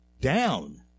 down